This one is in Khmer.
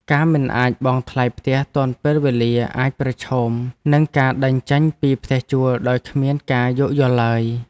ការមិនអាចបង់ថ្លៃផ្ទះទាន់ពេលវេលាអាចប្រឈមនឹងការដេញចេញពីផ្ទះជួលដោយគ្មានការយោគយល់ឡើយ។